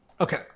Okay